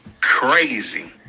crazy